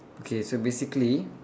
okay so basically